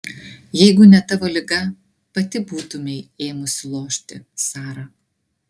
jeigu ne tavo liga pati būtumei ėmusi lošti sara